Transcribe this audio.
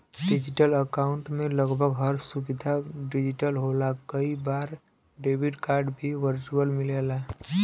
digital account में लगभग हर सुविधा डिजिटल होला कई बार डेबिट कार्ड भी वर्चुअल मिलला